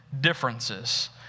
differences